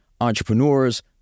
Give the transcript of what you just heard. entrepreneurs